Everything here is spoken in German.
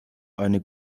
eine